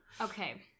Okay